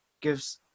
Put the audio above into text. gives